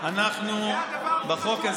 אני מאחל לכם מכל הלב, שלא תגיעו